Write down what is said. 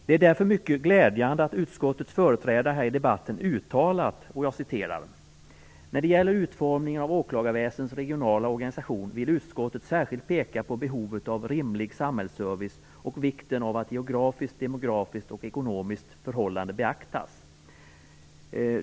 Det är därför mycket glädjande att utskottets företrädare i debatten här uttalat: När det gäller utformningen av åklagarväsendets regionala organisation vill utskottet särskilt peka på behovet av rimlig samhällsservice och vikten av att geografiskt, demografiskt och ekonomiskt förhållande beaktas.